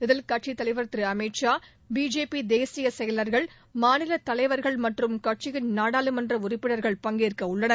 இதில் கட்சித் தலைவர் திரு அமித் ஷா பிஜேபி தேசிய செயலர்கள் மாநிலத் தலைவர்கள் மற்றும் கட்சியின் நாடாளுமன்ற உறுப்பினர்கள் பங்கேற்கவுள்ளனர்